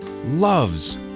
loves